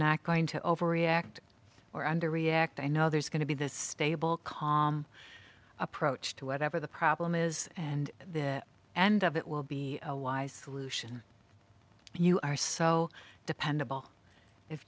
not going to overreact or under react i know there's going to be this stable calm approach to whatever the problem is and this end of it will be a wise solution and you are so dependable i